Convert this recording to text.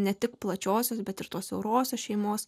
ne tik plačiosios bet ir to siaurosios šeimos